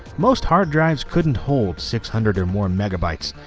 most hard drives couldn't hold six hundred or more and megabytes,